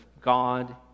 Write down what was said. God